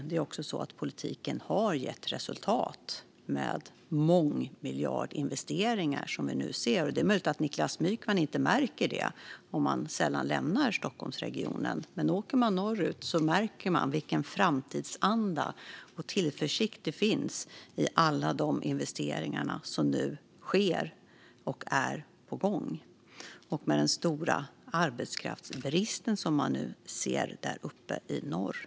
Det är också så att politiken har gett resultat med de mångmiljardinvesteringar som vi nu ser. Det är möjligt att Niklas Wykman inte märker det om han sällan lämnar Stockholmsregionen, men åker man norrut märker man vilken framtidsanda och tillförsikt det finns med alla de investeringar som nu sker och är på gång och med den stora arbetskraftsbrist som man nu ser där uppe i norr.